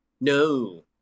No